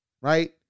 Right